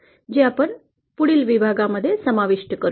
जे आपण पुढील विभागात समाविष्ट करू